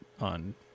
on